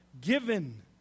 given